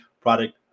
product